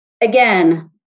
Again